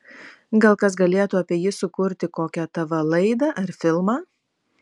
gal kas galėtų apie jį sukurti kokią tv laidą ar filmą